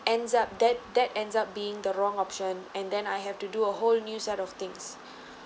ends up that that ends up being the wrong option and then I have to do a whole new set of things